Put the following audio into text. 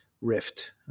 Rift